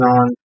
on